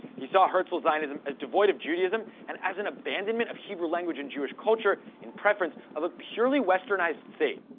he saw herzl's zionism as devoid of judaism and as an abandonment of hebrew language and jewish culture in preference of a purely westernized state.